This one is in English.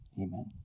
Amen